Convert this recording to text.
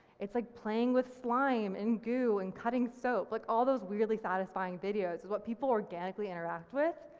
it's like playing with slime and goo and cutting soap, like all those weirdly satisfying videos what people organically interact with.